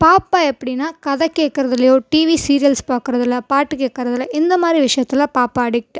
பாப்பா எப்படின்னா கதை கேட்கறதுலயோ டீவி சீரியல்ஸ் பார்க்கறதுல பாட்டு கேக்கறதில் இந்த மாதிரி விஷயத்தில் பாப்பா அடிக்ட்